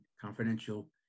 confidential